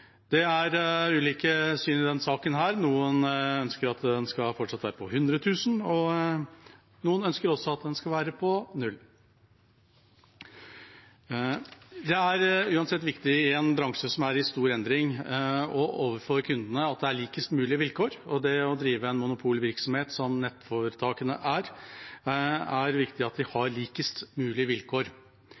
Det er ulike syn i denne saken. Noen ønsker at det fortsatt skal være 100 000, og noen ønsker at det skal være 0. Det er uansett viktig i en bransje som er i stor endring, og overfor kundene, at det er likest mulig vilkår. Når man driver en monopolvirksomhet, som nettforetakene er, er det viktig at man har likest mulig vilkår.